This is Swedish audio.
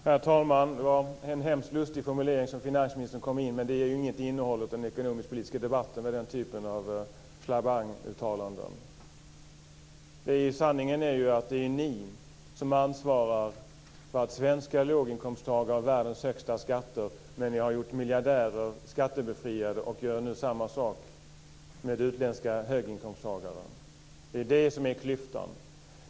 Herr talman! Det var en hemskt lustig formulering som finansministern kom med, men den typen av slabanguttalande ger inget innehåll åt den ekonomiskpolitiska debatten. Sanningen är ju att det är ni som ansvarar för att svenska låginkomsttagare har världens högsta skatter. Men ni har gjort miljardärer skattebefriade och gör nu samma sak med utländska höginkomsttagare. Det är klyftan.